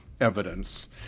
evidence